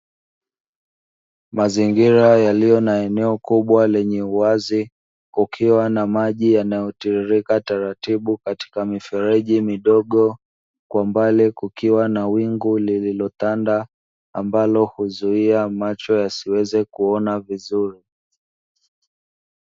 Mazingira yaliyo na eneo kubwa lenye uwazi kukiwa na maji yanayotiririka taratibu katika mifereji midogo, kwa mbali kukiwa na wingu lililotanda ambalo huzuia macho yasiweze kuona vizuri.